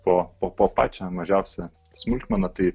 po po pačią mažiausią smulkmeną tai